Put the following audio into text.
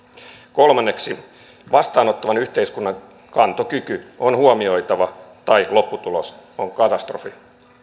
kolmanneksi vastaanottavan yhteiskunnan kantokyky on huomioitava tai lopputulos on katastrofi